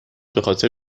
بخاطر